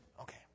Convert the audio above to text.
okay